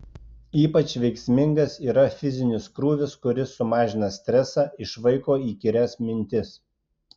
ypač veiksmingas yra fizinis krūvis kuris sumažina stresą išvaiko įkyrias mintis